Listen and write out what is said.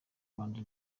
rwanda